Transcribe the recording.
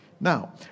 Now